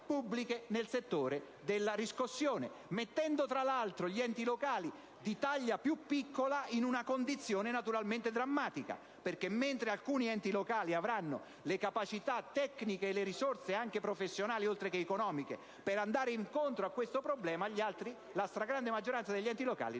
pubbliche nel settore della riscossione, mettendo tra l'altro gli enti locali di taglia più piccola in una condizione naturalmente drammatica: infatti, mentre alcuni enti locali avranno le capacità tecniche e le risorse anche professionali, oltre che economiche, per andare incontro a questo problema, gli altri, la stragrande maggioranza degli enti locali,